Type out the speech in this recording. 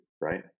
right